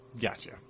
gotcha